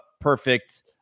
perfect